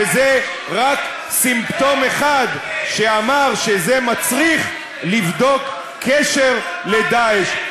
וזה רק סימפטום אחד שאמר שזה מצריך לבדוק הקשר ל"דאעש".